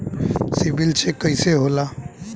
CIBIL check कइसे होला?